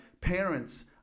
parents